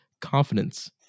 confidence